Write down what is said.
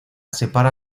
separa